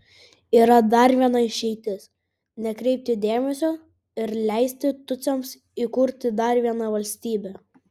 yra dar viena išeitis nekreipti dėmesio ir leisti tutsiams įkurti dar vieną valstybę